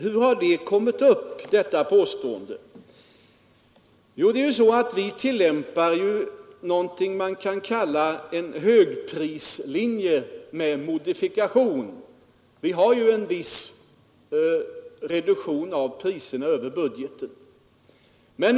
Hur har detta påstående kommit fram? Det är ju så att vi tillämpar någonting som man kan kalla en högprislinje med modifikation. Vi har ju en viss reduktion av priserna över budgeten.